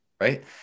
right